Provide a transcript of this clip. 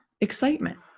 excitement